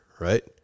right